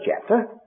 chapter